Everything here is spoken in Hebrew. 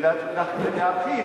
ולהרחיב ולתת,